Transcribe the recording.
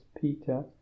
Peter